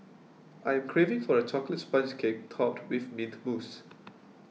I am craving for a Chocolate Sponge Cake Topped with Mint Mousse